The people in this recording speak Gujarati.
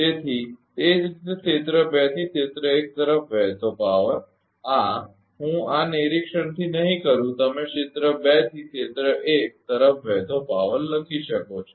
તેથી તે જ રીતે ક્ષેત્ર 2 થી ક્ષેત્ર 1 તરફ વહેતો પાવર આ હું આ નિરીક્ષણથી નહી કરું તમે ક્ષેત્ર 2 થી ક્ષેત્ર 1 તરફ વહેતો પાવર લખી શકો છો